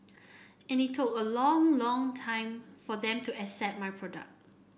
and it look a long long time for them to accept my product